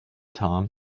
tom